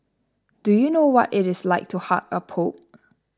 do you know what it is like to hug a pope